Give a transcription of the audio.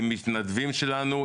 עם מתנדבים שלנו,